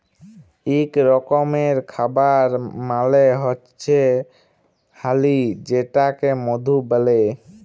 ইক রকমের খাবার মালে হচ্যে হালি যেটাকে মধু ব্যলে